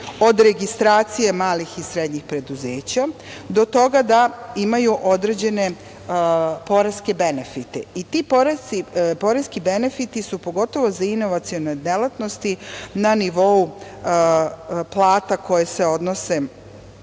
od registracije malih i srednjih preduzeća do toga da imaju određene poreske benefite i ti poreski benefiti su pogotovo za inovacione delatnosti na nivou plata koje se odnose